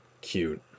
Cute